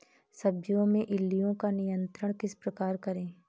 सब्जियों में इल्लियो का नियंत्रण किस प्रकार करें?